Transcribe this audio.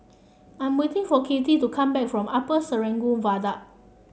I'm waiting for Kattie to come back from Upper Serangoon Viaduct